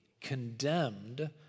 condemned